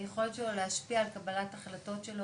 היכולת שלו להשפיע על קבלת ההחלטות שלו,